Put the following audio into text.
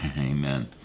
amen